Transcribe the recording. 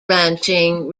ranching